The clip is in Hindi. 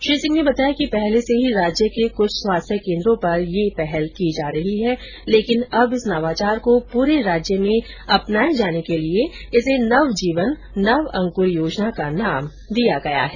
श्री सिंह ने बताया कि पहले से ही राज्य के कुछ स्वास्थ्य केन्द्रों पर ये पहल की जा रही है लेकिन अब इस नवाचार को पूरे राज्य में अपनाए जाने के लिए इसे नव जीवन नव अंक्र योजना का नाम दिया गया है